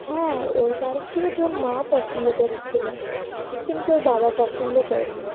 হ্যাঁ ওর বাড়ির থেকে তো ওর মা পছন্দ করেছিল কিন্তু ওর বাবা পছন্দ করেনি